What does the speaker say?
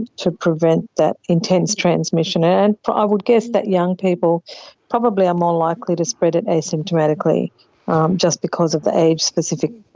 to prevent that intense transmission. and i would guess that young people probably are more likely to spread it asymptomatically just because of the age specific